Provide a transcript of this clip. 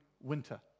Winter